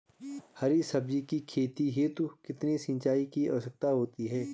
हरी सब्जी की खेती हेतु कितने सिंचाई की आवश्यकता होती है?